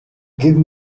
give